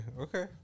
Okay